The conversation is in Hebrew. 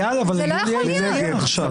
מי נמנע?